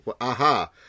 aha